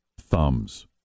thumbs